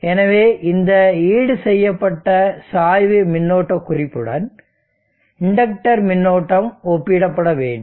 எனவே இந்த ஈடுசெய்யப்பட்ட சாய்வு மின்னோட்ட குறிப்புடன் இண்டக்டர் மின்னோட்டம் ஒப்பிடபட வேண்டும்